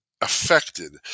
affected